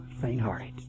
faint-hearted